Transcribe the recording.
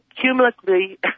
cumulatively